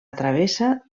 travessa